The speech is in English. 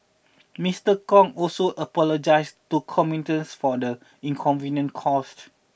Mister Kong also apologised to commuters for the inconvenience caused